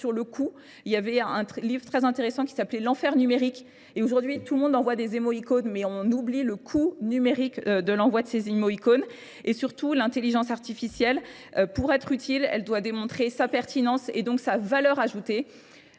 sur le coût. Il y avait un livre très intéressant qui s'appelait « L'enfer numérique », et aujourd'hui tout le monde envoie des émaux icônes, mais on oublie le coût numérique de l'envoi de ces émaux icônes. et surtout l'intelligence artificielle. Pour être utile, elle doit démontrer sa pertinence et donc sa valeur ajoutée.